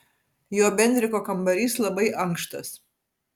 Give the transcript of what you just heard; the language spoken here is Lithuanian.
jo bendriko kambarys labai ankštas